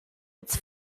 its